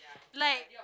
like